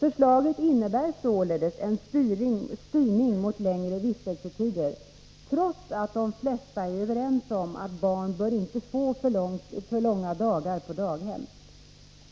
Förslaget innebär således en styrning mot längre vistelsetider, trots att de flesta är överens om att barn inte bör få för långa dagar på daghem.